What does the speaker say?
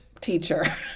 teacher